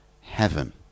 heaven